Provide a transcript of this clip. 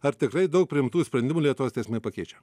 ar tikrai daug priimtų sprendimų lietuvos teismai pakeičia